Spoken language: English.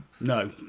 no